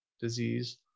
disease